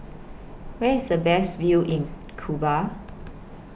Where IS The Best View in Cuba